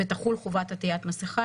ותחול חובת עטיית מסכה,